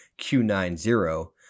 Q90